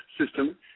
system